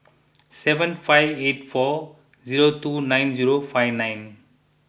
seven five eight four zero two nine zero five nine